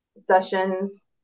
sessions